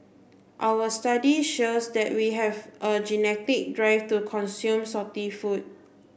our study shows that we have a genetic drive to consume salty food